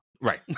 Right